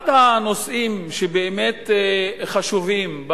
אחד הנושאים שבאמת חשובים,